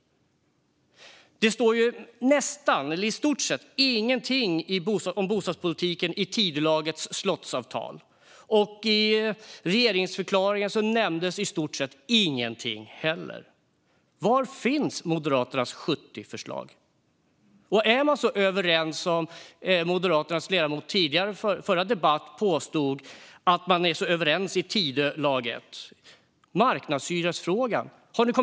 Det står i stort sett ingenting om bostadspolitiken i Tidölagets slottsavtal, och i regeringsförklaringen nämndes i stort sett ingenting heller. Var finns Moderaternas 70 förslag? Är man så överens i Tidölaget som Moderaternas ledamot påstod i den förra debatten? Har ni kommit överens i marknadshyresfrågan?